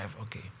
okay